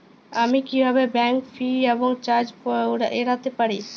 আমি কিভাবে bank fee এবং চার্জ এড়াতে পারি?